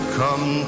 come